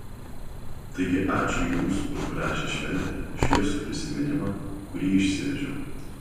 taigi ačiū jums už gražią šventę šviesų prisiminimą kurį išsivežiau